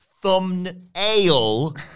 thumbnail